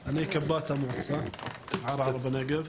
אני קב"ט המועצה ערערה בנגב.